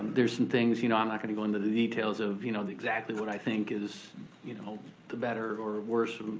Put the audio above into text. there's some things, you know i'm not gonna go into the details of you know exactly what i think is you know the better or worse,